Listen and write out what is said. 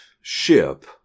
ship